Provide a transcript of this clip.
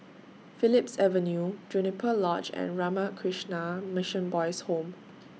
Phillips Avenue Juniper Lodge and Ramakrishna Mission Boys' Home